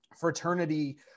fraternity